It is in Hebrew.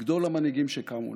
גדול המנהיגים שקמו לנו.